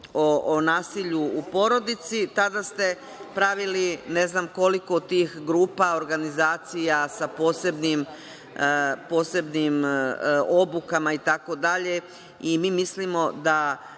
o nasilju u porodici. Tada ste pravili ne znam koliko tih grupa, organizacija sa posebnim obukama itd. Mi mislimo da